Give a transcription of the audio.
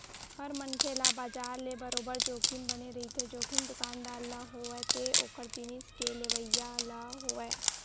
हर मनखे ल बजार ले बरोबर जोखिम बने रहिथे, जोखिम दुकानदार ल होवय ते ओखर जिनिस के लेवइया ल होवय